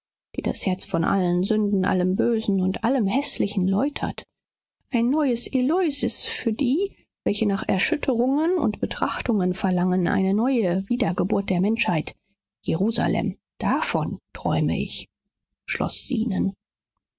die das herz von allen sünden allem bösen und allem häßlichen läutert ein neues eleusis für die welche nach erschütterungen und betrachtungen verlangen eine neue wiedergeburt der menschheit jerusalem davon träume ich schloß zenon